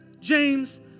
James